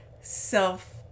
self